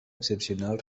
excepcional